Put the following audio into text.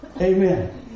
Amen